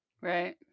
right